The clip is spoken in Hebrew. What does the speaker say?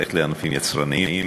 ללכת לענפים יצרניים,